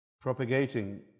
propagating